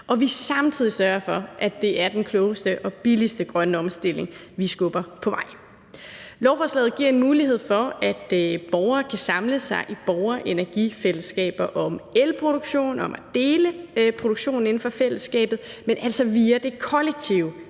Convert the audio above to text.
og vi samtidig sørger for, at det er den klogeste og billigste grønne omstilling, vi skubber på vej. Lovforslaget giver mulighed for, at borgere kan samle sig i borgerenergifællesskaber om elproduktion og om at dele produktionen inden for fællesskabet, men altså via det kollektive